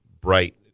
bright